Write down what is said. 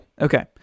Okay